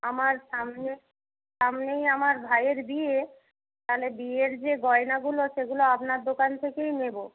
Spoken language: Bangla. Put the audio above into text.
আমার সামনে সামনেই আমার ভাইয়ের বিয়ে তাহলে বিয়ের যে গয়নাগুলো সেগুলো আপনার দোকান থেকেই নেব